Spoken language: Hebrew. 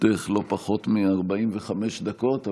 לרשותך לא פחות מ-45 דקות,